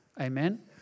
Amen